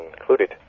included